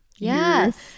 yes